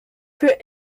für